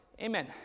amen